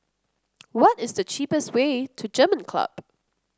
what is the cheapest way to German Club